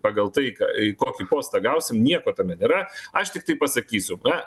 pagal tai ką į kokį postą gausim nieko tame nėra aš tiktai pasakysiu na